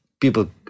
people